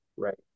Right